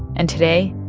and today,